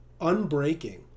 unbreaking